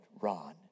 Ron